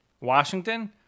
Washington